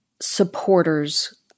supporters